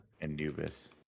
Anubis